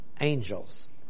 angels